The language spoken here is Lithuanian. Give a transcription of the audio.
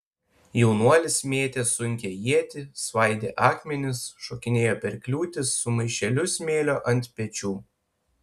jaunuolis mėtė sunkią ietį svaidė akmenis šokinėjo per kliūtis su maišeliu smėlio ant pečių